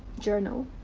journal.